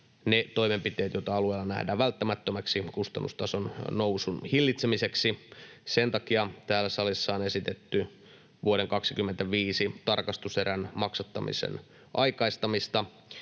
ne toimenpiteet, joita alueilla nähdään välttämättömäksi kustannustason nousun hillitsemiseksi. Sen takia täällä salissa on esitetty vuoden 25 tarkastuserän maksattamisen aikaistamista.